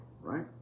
right